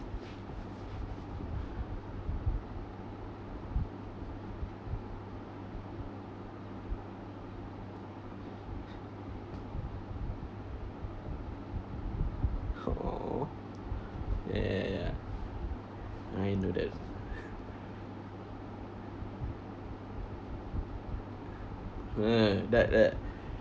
[ho] ya ya ya ya I know that hmm that that